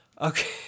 Okay